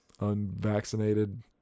Unvaccinated